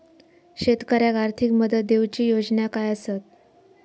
शेतकऱ्याक आर्थिक मदत देऊची योजना काय आसत?